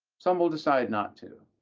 some will decide not to.